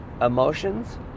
Emotions